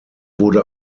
wurde